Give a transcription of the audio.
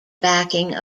backing